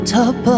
top